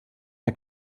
der